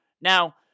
Now